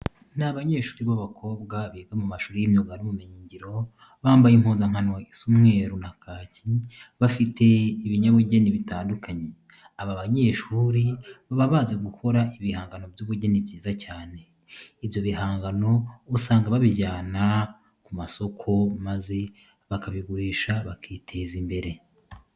Ni abanyehuri b'abakobwa biga mu mashuri y'imyuga n'ubumenyingiro, bambaye impuzankano isa umweru na kake, bafite ibinyabugeni bitandukanye. Aba banyeshuri baba bazi gukora ibihangano by'ubugeni byiza cyane. Ibyo bihangano usanga babijyana ku masoko maze bakabigurisha bakiteza imbrere.